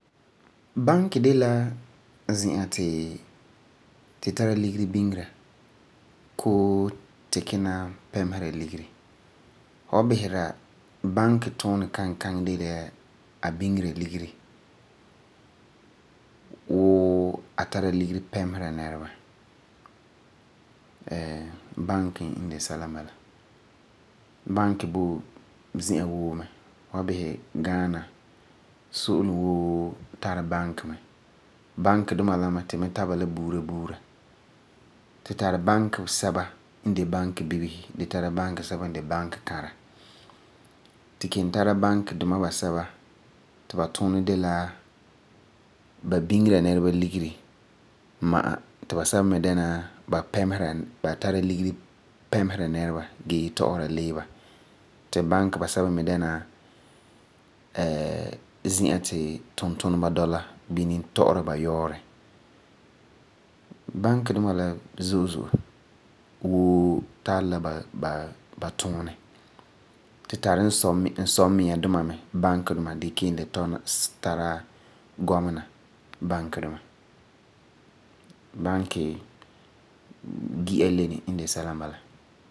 Banki de la zi'an ti tu tara ligeri biŋera koo tu kina pɛmesa ligeri. Fu san bisera banki yuunɛ kankaŋi de la a biŋera ligera wuu a tara ligeri pɛmesa nɛreba banki n de sɛla n bala. Banki boi zi'an woo mɛ. Fu san bisa so'olum woo n boi Ghana wa woo tari banki mɛ. Banking duma la mɛ tu mi tari ba la buuri buuri. Tu tari banki sɛba n de banki bibesi gee kelum tara banki ba sɛba n de banki kara. Tu tari n sɔi n miŋa duma banki mɛ gee kelum me tara gɔmena banki duma. Banki gi'a leni n de sɛla n bala.